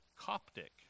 Coptic